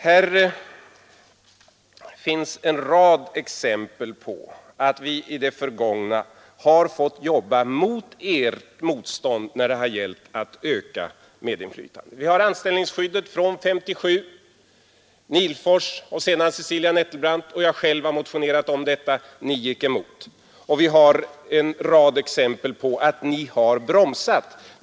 Nr 99 Här finns en rad exempel på att vi i det förgångna har fått jobba mot Torsdagen den ert motstånd när det har gällt att öka medinflytandet. Vi har anställnings 24 maj 1973 skyddet från 1957. Folke Nihlfors, sedan Cecilia Nettelbrandt och jag själv har motionerat om detta — ni gick emot. Vi har en rad exempel på Rd SR att ni har bromsat.